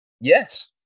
Yes